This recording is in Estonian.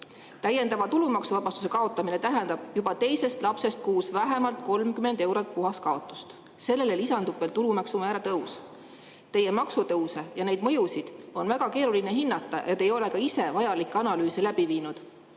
Täiendava tulumaksuvabastuse kaotamine tähendab juba teisest lapsest vähemalt 30 eurot kuus puhast kaotust. Sellele lisandub tulumaksumäära tõus. Teie maksutõuse ja neid mõjusid on väga keeruline hinnata ja te ei ole ka ise vajalikke analüüse läbi viinud.